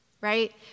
right